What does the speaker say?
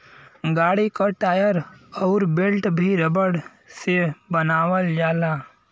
गाड़ी क टायर अउर बेल्ट भी रबर से बनावल जाला